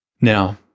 Now